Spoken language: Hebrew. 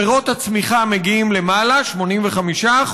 פירות הצמיחה מגיעים למעלה, 85%,